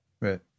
Right